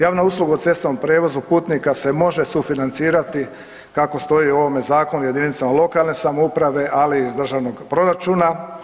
Javna usluga u cestovnom prijevozu putnika se može sufinancirati kako stoji u ovome zakonu jedinicama lokalne samouprave, ali i iz državnog proračuna.